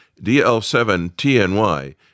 DL7-TNY